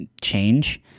change